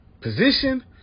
position